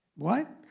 what?